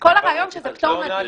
כל הרעיון שזה פטור נדיר.